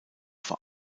vor